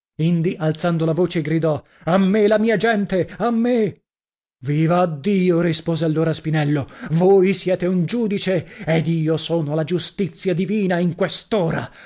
indi alzando la voce gridò a me la mia gente a me vivaddio rispose allora spinello voi siete un giudice ed io sono la giustizia divina in quest'ora